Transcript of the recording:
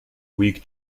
week